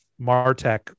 MarTech